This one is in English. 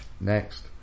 next